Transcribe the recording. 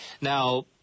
Now